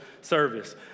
service